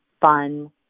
fun